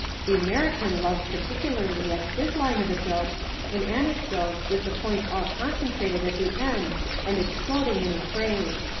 the american loves particularly as his line of joke an anecdote with the point all concentrated at the end and exploding in a phrase.